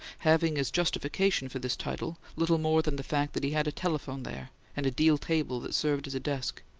having as justification for this title little more than the fact that he had a telephone there and a deal table that served as a desk.